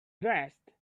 dressed